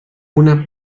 una